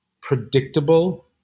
predictable